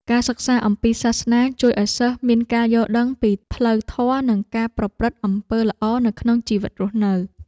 ការសិក្សាអំពីសាសនាជួយឱ្យសិស្សមានការយល់ដឹងពីផ្លូវធម៌និងការប្រព្រឹត្តអំពើល្អនៅក្នុងជីវិតរស់នៅ។